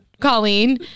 Colleen